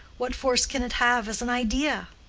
what force can it have as an idea?